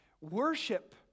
worship